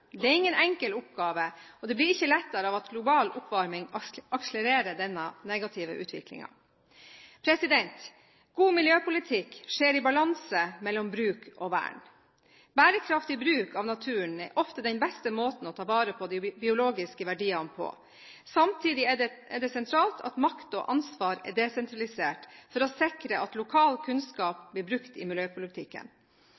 Det er ingen enkel oppgave, og det blir ikke lettere av at global oppvarming akselererer denne negative utviklingen. God miljøpolitikk skjer i balanse mellom bruk og vern. Bærekraftig bruk av naturen er ofte den beste måten å ta vare på de biologiske verdiene på. Samtidig er det sentralt at makt og ansvar er desentralisert for å sikre at lokal kunnskap